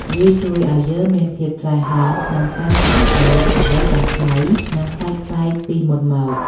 វាជួយឱ្យយើងមានភាពក្លាហានក្នុងការសាកល្បងអ្វីដែលថ្មី និងប្លែកៗពីមុនមក។